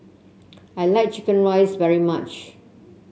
I like chicken rice very much